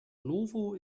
novo